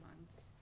months